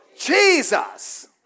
Jesus